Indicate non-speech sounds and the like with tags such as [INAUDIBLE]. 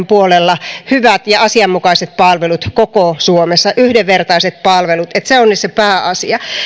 [UNINTELLIGIBLE] puolella hyvät ja asianmukaiset palvelut koko suomessa yhdenvertaiset palvelut minusta se on valtavan tärkeää se on nyt se pääasia